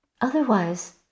Otherwise